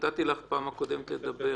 נתתי לך בפעם הקודמת לדבר.